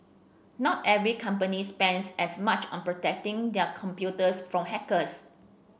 not every company spends as much on protecting their computers from hackers